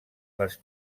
les